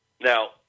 now